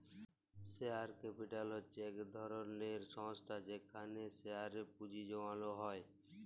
share capital হছে ইক ধরলের সংস্থা যেখালে শেয়ারে পুঁজি জ্যমালো হ্যয়